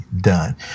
done